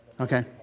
Okay